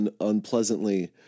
unpleasantly